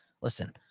listen